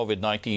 COVID-19